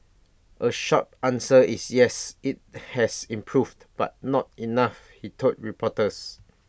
A short answer is yes IT has improved but not enough he told reporters